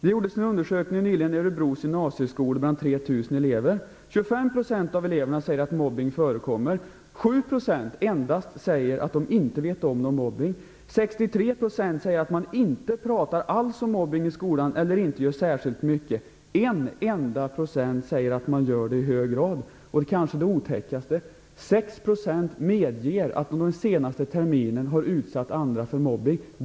Det gjordes nyligen en undersökning bland 3 000 elever i Örebros gymnasieskolor. 25 % av eleverna säger att mobbning förekommer. Endast 7 % säger att de inte känner till någon mobbning. 63 % säger att man inte alls eller inte särskilt mycket pratar om mobbning i skolan. Endast 1 % säger att man gör det i hög grad. Det kanske otäckaste är att 6 % medger att de under den senaste terminen har utsatt andra för mobbning.